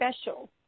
special